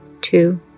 two